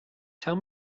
tell